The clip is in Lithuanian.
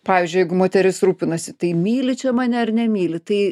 pavyzdžiui jeigu moteris rūpinasi tai myli čia mane ar nemyli tai